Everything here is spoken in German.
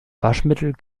waschmittel